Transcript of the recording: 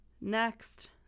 Next